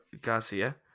Garcia